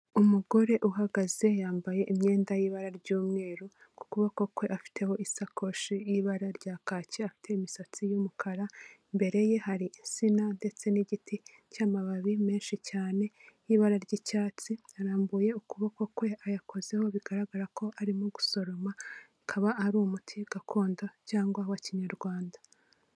Umugore uhagaze yambaye imyenda y'ibara ry'umweru, ku kuboko kwe afiteho isakoshi y'ibara rya kaki, afite imisatsi y'umukara, imbere ye hari insina ndetse n'igiti cy'amababi menshi cyane y'ibara ry'icyatsi, yarambuye ukuboko kwe ayakozeho bigaragara ko arimo gusoroma, akaba ari umuti gakondo cyangwa wa kinyarwanda.